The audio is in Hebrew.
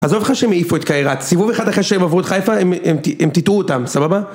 עזוב לך שהם העיפו את קהרת, סיבוב אחד אחרי שהם עברו את חיפה הם טיטאו אותם, סבבה?